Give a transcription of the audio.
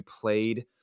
played